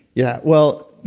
yeah, well,